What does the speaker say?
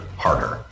harder